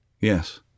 Yes